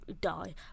die